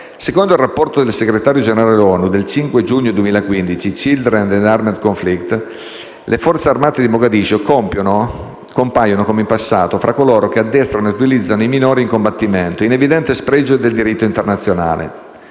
Secondo il rapporto del Segretario Generale ONU del 5 giugno 2015 «*Children and armed conflict*», le forze armate di Mogadiscio compaiono, come in passato, fra coloro che addestrano e utilizzano i minori in combattimento, in evidente spregio del diritto internazionale.